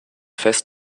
fest